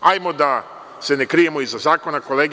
Hajmo da se ne krijemo iza zakona, kolege.